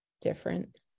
different